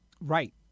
Right